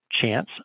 chance